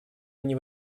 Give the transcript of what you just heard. они